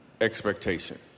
expectation